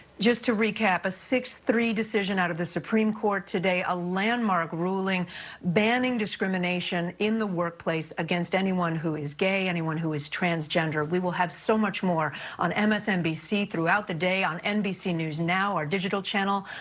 just to recap, a six three decision out of the supreme court today. a landmark ruling banning discrimination in the workplace against anyone who is gay, anyone who is transgender. we will have so much more on msnbc throughout the day, on nbc news now, our digital channel,